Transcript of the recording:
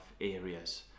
areas